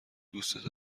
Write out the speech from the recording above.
دوستت